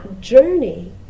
journey